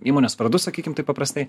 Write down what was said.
įmonės vardu sakykim taip paprastai